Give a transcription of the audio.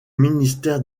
ministère